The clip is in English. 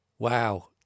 Wow